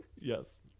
Yes